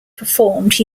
performed